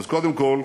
אז קודם כול,